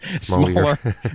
smaller